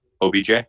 OBJ